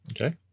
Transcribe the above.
okay